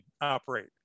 operate